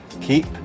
keep